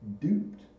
duped